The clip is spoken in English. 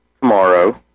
tomorrow